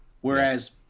Whereas